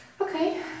Okay